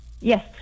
Yes